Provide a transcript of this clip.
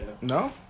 No